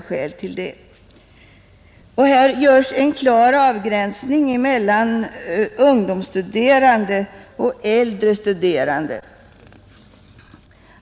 Här görs en klar avgränsning mellan ungdomsstuderande och äldre studerande.